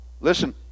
Listen